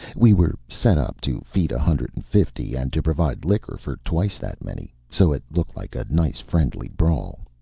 we were set up to feed a hundred and fifty, and to provide liquor for twice that many, so it looked like a nice friendly brawl.